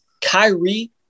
Kyrie